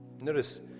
Notice